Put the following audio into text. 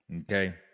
okay